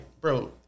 bro